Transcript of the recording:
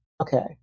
Okay